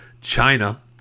China